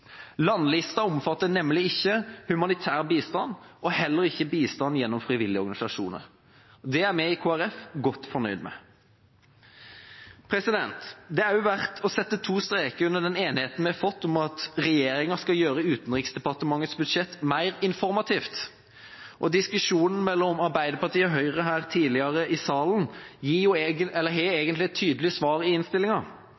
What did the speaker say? Landlista omfatter nemlig ikke humanitær bistand og heller ikke bistand gjennom frivillige organisasjoner. Det er vi i Kristelig Folkeparti godt fornøyd med. Det er også verdt å sette to streker under den enigheten vi har fått om at regjeringa skal gjøre Utenriksdepartementets budsjett mer informativt, og diskusjonen mellom Arbeiderpartiet og Høyre tidligere her i salen har